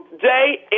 day